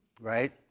right